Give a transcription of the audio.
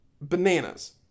bananas